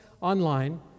online